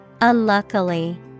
unluckily